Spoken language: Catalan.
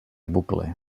bucle